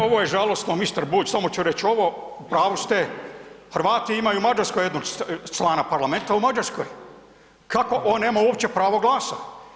Ovo je žalosno mister Bulj, samo ću reć ovo, u pravu ste, Hrvati imaju mađarskog jednog člana parlamenta u Mađarskoj, kako on nema uopće pravo glasa?